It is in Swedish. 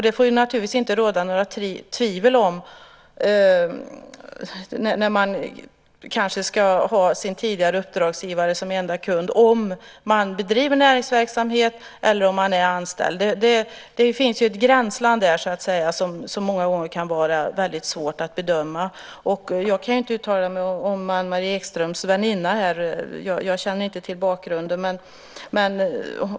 Det får naturligtvis inte råda några tvivel, när man kanske ska ha sin tidigare uppdragsgivare som enda kund, om man bedriver näringsverksamhet eller om man är anställd. Det finns ett gränsland där, som många gånger kan vara svårt att bedöma. Jag kan inte uttala mig om Anne-Marie Ekströms väninna - jag känner inte till bakgrunden.